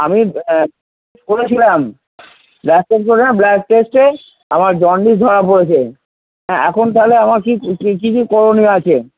আমি করেছিলাম blood test না ব্লাড টেস্টে আমার জণ্ডিস ধরা পড়েছে এখন তাহলে আমার কি কি কি করণীয় আছে